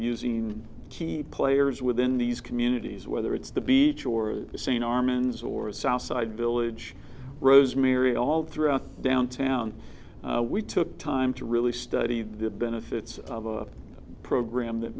sing key players within these communities whether it's the beach or the scene armin's or south side village rosemary all throughout downtown we took time to really study the benefits of a program that